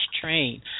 Train